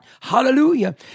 Hallelujah